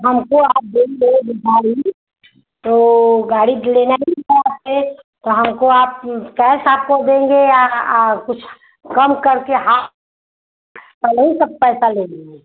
हमको आप देंगे जो गाड़ी तो गाड़ी तो लेना ही था आपसे तो हमको आप कैस आपको देंगे या कुछ कम करके हाँ पहले ही सब पैसा ले लेंगे